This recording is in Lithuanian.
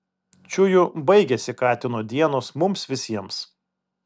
čiuju baigėsi katino dienos mums visiems